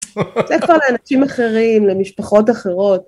זה כבר לאנשים אחרים, למשפחות אחרות.